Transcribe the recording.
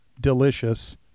delicious